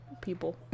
People